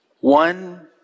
One